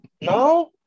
no